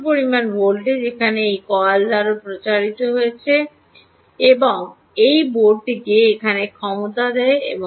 কিছু পরিমাণ ভোল্টেজ এখানে এই কয়েল দ্বারা প্ররোচিত হয় এবং এই বোর্ডটিকে এখানে ক্ষমতা দেয়